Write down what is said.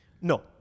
No